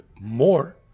more